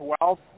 wealth